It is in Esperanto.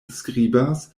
skribas